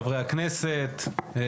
חברי הכנסת,